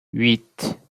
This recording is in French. huit